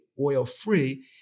oil-free